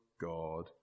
God